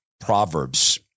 Proverbs